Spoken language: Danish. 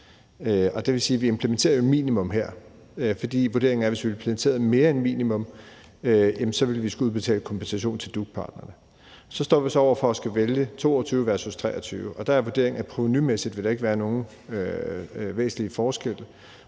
Det vil sige, at vi jo implementerer et minimum her, fordi vurderingen er, at hvis vi implementerede mere end et minimum, ville vi skulle udbetale kompensation til DUC-parterne. Så står vi så over for at skulle vælge 2022 versus 2023, og der er vurderingen, at provenumæssigt vil der ikke være nogen væsentlige forskelle,